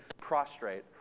prostrate